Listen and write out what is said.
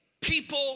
people